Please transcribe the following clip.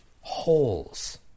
holes